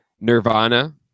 Nirvana